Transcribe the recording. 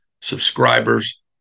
Subscribers